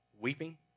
weeping